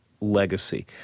legacy